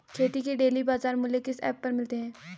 खेती के डेली बाज़ार मूल्य किस ऐप पर मिलते हैं?